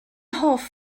hoff